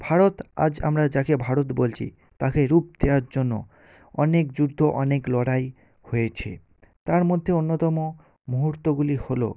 ভারত আজ আমরা যাকে ভারত বলছি তাকে রূপ দেওয়ার জন্য অনেক যুদ্ধ অনেক লড়াই হয়েছে তার মধ্যে অন্যতম মুহূর্তগুলি হলো